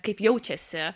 kaip jaučiasi